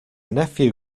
nephew